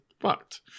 fucked